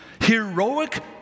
Heroic